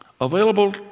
Available